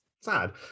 sad